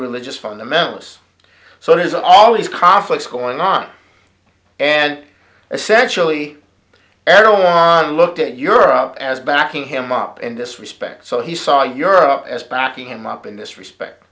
religious fundamentalists so there's all these conflicts going on and essentially the arrow jaan looked at europe as backing him up in this respect so he saw europe as backing him up in this respect